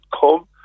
come